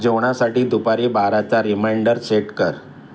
जेवणासाठी दुपारी बाराचा रिमाइंडर सेट कर